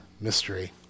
mystery